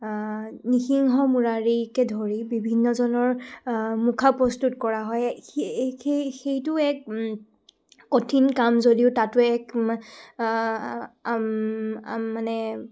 নৃসিংহ মুৰাৰিকে ধৰি বিভিন্নজনৰ মুখা প্ৰস্তুত কৰা হয় সেই সেইটো এক কঠিন কাম যদিও তাতো এক মানে